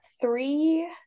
three